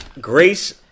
Grace